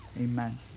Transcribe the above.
Amen